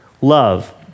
Love